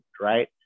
Right